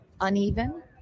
uneven